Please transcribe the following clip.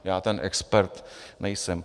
Já ten expert nejsem.